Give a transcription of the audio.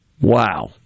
Wow